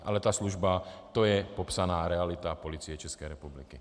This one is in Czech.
Ale ta služba, to je popsaná realita Policie České republiky.